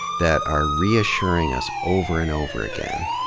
that are reassuring us over and over again